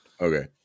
Okay